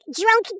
drunk